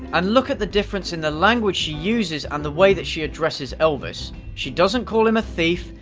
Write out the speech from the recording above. and look at the difference in the language she uses and the way that she addresses elvis. she doesn't call him a thief.